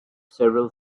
several